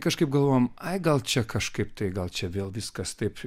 kažkaip galvojom ai gal čia kažkaip tai gal čia vėl viskas taip